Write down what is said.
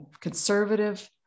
conservative